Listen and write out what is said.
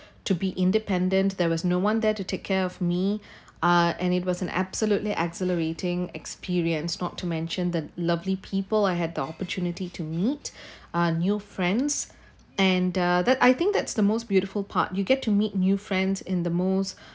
to be independent there was no one there to take care of me ah and it was an absolutely exhilarating experience not to mention the lovely people I had the opportunity to meet uh new friends and uh that I think that's the most beautiful part you get to meet new friends in the most